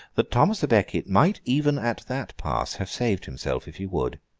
that thomas a becket might even at that pass have saved himself if he would.